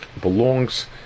belongs